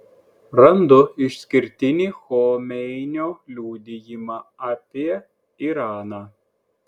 randu išskirtinį chomeinio liudijimą apie iraną